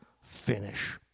finish